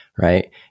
right